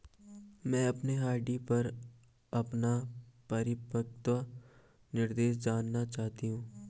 मैं अपने आर.डी पर अपना परिपक्वता निर्देश जानना चाहती हूँ